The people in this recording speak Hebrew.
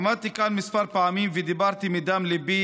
עמדתי כאן כמה פעמים ודיברתי מדם ליבי